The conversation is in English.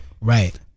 right